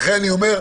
לכן אני אומר: